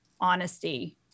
honesty